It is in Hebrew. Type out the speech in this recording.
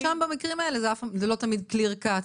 גם שם במקרים האלה זה לא תמיד Clear cut.